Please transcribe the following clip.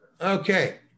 Okay